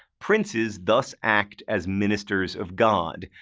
princes thus act as ministers of god.